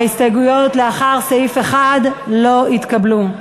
ההסתייגויות לאחר סעיף 1 לא התקבלו.